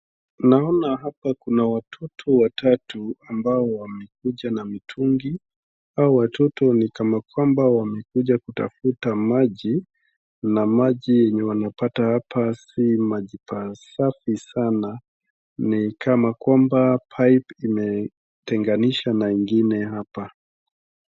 Naona hapa kuna watoto watatu ambao wamekuja na mtungi. Hao watoto ni kana kwamba wamekuja kutafuta maji na maji yenye wamepata hapa si maji pasafi sana. Ni kana kwamba pipe imetenganisha na ingine hapa.